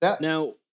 Now